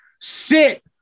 sit